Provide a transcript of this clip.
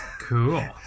Cool